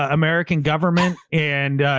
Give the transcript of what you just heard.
ah american government and,